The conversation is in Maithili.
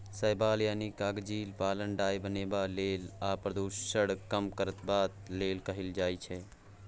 शैबाल यानी कजलीक पालन डाय बनेबा लेल आ प्रदुषण कम करबाक लेल कएल जाइ छै